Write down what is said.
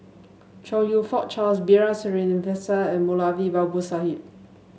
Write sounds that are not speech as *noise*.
Chong You Fook Charles B R Sreenivasan and Moulavi Babu *unintelligible*